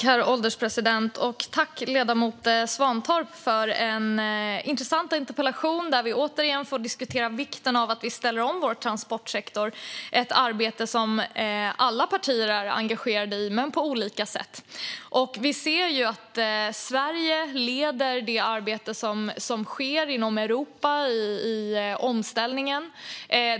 Herr ålderspresident! Tack, ledamoten Svantorp, för en intressant interpellation som gjorde att vi återigen fick diskutera vikten av att vi ställer om vår transportsektor, ett arbete som alla partier är engagerade i - men på olika sätt. Vi ser att Sverige leder det arbete med omställning som sker inom Europa.